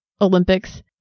Olympics